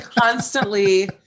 constantly